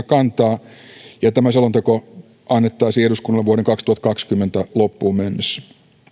kantaa ja tämä selonteko annettaisiin eduskunnalle vuoden kaksituhattakaksikymmentä loppuun mennessä